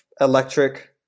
electric